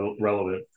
relevant